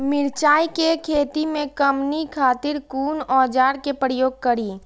मिरचाई के खेती में कमनी खातिर कुन औजार के प्रयोग करी?